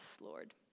Lord